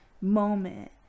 moment